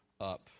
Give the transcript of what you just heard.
up